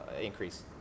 increase